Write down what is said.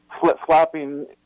flip-flopping